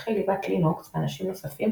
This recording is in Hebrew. מפתחי ליבת לינוקס ואנשים נוספים